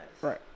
Right